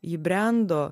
ji brendo